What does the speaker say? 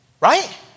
Right